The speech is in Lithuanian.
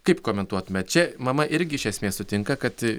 kaip komentuotumėt čia mama irgi iš esmės sutinka kad